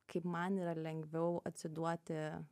kaip man yra lengviau atsiduoti